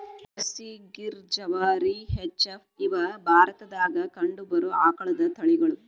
Jersey, Gir, ಜವಾರಿ, H F, ಇವ ಭಾರತದಾಗ ಕಂಡಬರು ಆಕಳದ ತಳಿಗಳು